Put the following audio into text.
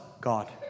God